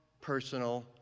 personal